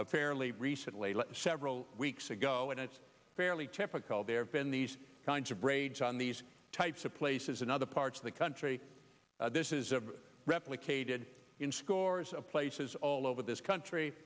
fairly recently several weeks ago and it's fairly typical there have been these kinds of raids on these types of places in other parts of the country this is a replicated in scores of places all over this country